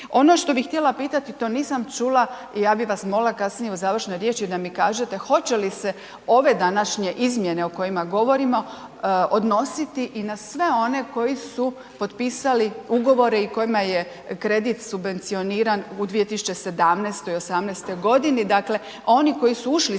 Ono što bi htjela pitati, to nisam čula i ja bih vas molila kasnije u završnoj riječi da mi kažete hoće li se ove današnje izmjene o kojima govorimo odnositi i na sve one koji su potpisali ugovore i kojima je kredit subvencioniran u 2017. i 2018. godini, dakle oni koji su ušli